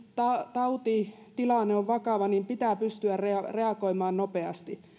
tautitilanne on vakava niin pitää pystyä reagoimaan nopeasti